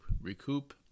recoup